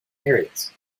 areas